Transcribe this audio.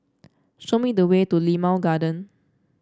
show me the way to Limau Garden